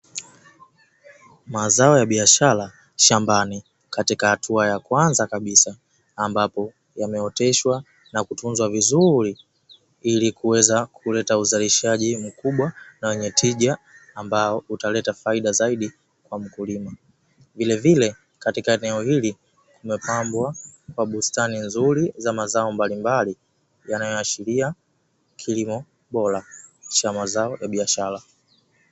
Mazao ya biashara shambani katika hatua ya kwanza kabisa, ambapo yameoteshwa na kutunzwa vizuri ili kuweza kuleta uzalishaji mkubwa na wenye tija ambao utaleta faida zaidi kwa mkulima, vile vile katika eneo hili kumepandwa kwa bustani nzuri za mazao mbalimbali yanayoashiria kilimo bora cha mazao ya biashara.